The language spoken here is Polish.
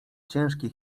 ciężkie